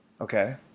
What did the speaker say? Okay